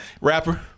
Rapper